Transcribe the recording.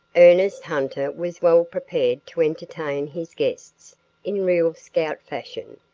ernest hunter was well prepared to entertain his guests in real scout fashion.